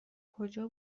کجا